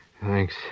Thanks